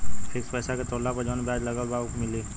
Fix पैसा के तोड़ला पर जवन ब्याज लगल बा उ मिली?